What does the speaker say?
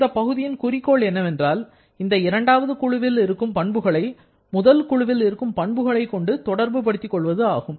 இந்த பகுதியின் குறிக்கோள் என்னவென்றால் இந்த இரண்டாவது குழுவில் இருக்கும் பண்புகளை முதல் குழுவில் இருக்கும் பண்புகளைக் கொண்டு தொடர்புபடுத்திக் கொள்வது ஆகும்